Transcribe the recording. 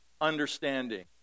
understanding